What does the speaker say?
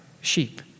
sheep